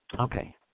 Okay